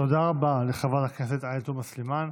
תודה רבה לחברת הכנסת עאידה תומא סלימאן.